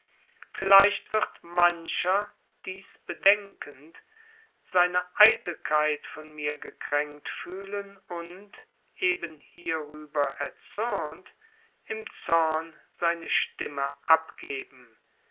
vielleicht wird mancher dies bedenkend seine eitelkeit von mir gekränkt fühlen und eben hierüber erzürnt im zorn seine stimme abgeben